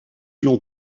l’on